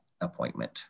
appointment